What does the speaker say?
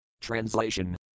Translation